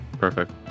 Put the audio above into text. Perfect